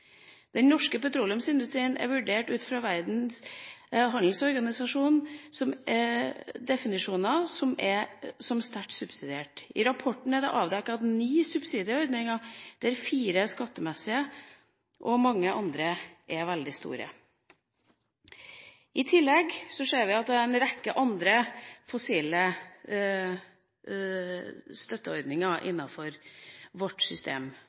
Den norske petroleumsindustrien er vurdert av Verdens handelsorganisasjon med en definisjon som å være sterkt subsidiert. I rapporten er det avdekket ni subsidieordninger, der fire er skattemessige og mange andre er veldig store. I tillegg ser vi at det er en rekke andre fossile støtteordninger innenfor vårt system,